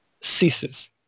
ceases